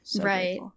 Right